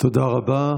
תודה רבה.